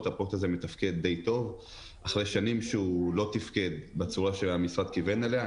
החוק הזה מתפקד די טוב אחרי שנים שהוא לא תפקד בצורה שהמשרד כיוון אליה.